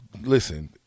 listen